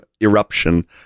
eruption